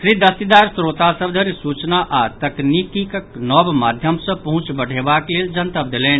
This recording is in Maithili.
श्री दस्तीदार श्रोता सभ धरि सूचना आओर तकनीकक नव माध्यम सॅ पहुंच बढ़ेबाक लेल जनतब देलनि